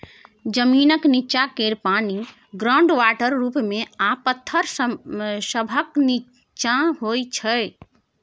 जमीनक नींच्चाँ केर पानि ग्राउंड वाटर रुप मे आ पाथर सभक नींच्चाँ होइ छै